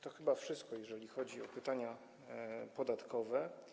To chyba wszystko, jeżeli chodzi o pytania co do podatków.